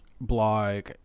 blog